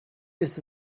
ist